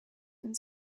and